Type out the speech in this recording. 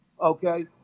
Okay